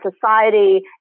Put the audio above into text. society